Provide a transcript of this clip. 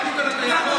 אתה יכול.